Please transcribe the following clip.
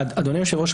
אדוני היושב-ראש,